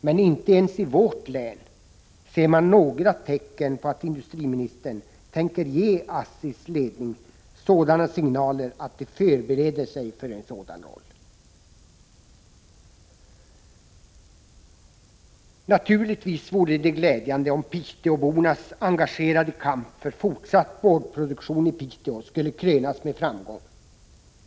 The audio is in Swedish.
Men inte ens i vårt län ser man några tecken på att industriministern tänker ge ASSI:s ledning sådana signaler att företaget kan förbereda sig för en sådan roll. Naturligtvis vore det glädjande om piteåbornas engagerade kamp för fortsatt boardproduktion i Piteå skulle krönas med framgång.